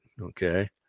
okay